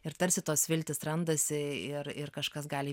ir tarsi tos viltys randasi ir ir kažkas gali